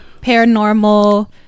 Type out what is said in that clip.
paranormal